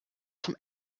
zum